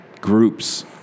groups